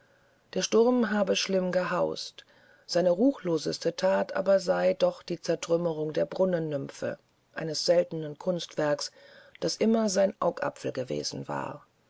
der sturm habe schlimm gehaust seine ruchloseste that sei aber doch die zertrümmerung der brunnennymphe eines seltenen kunstwerkes das immer sein augapfel gewesen sei